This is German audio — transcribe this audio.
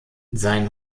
sein